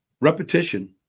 Repetition